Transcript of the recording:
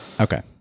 Okay